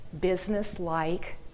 business-like